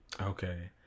Okay